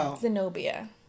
Zenobia